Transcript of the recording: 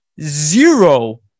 zero